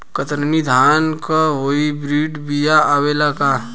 कतरनी धान क hybrid बिया आवेला का?